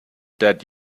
dead